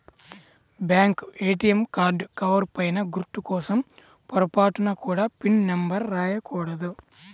bank ATM card cover పైన గుర్తు కోసం పొరపాటున కూడా పిన్ నెంబర్ రాయకూడదు